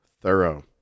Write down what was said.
Thorough